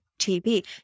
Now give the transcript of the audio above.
tv